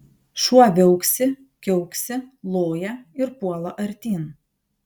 šuo viauksi kiauksi loja ir puola artyn